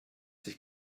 sich